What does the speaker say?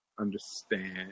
understand